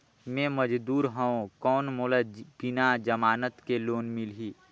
मे मजदूर हवं कौन मोला बिना जमानत के लोन मिलही?